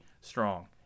strong